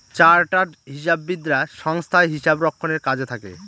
chartered হিসাববিদরা সংস্থায় হিসাব রক্ষণের কাজে থাকে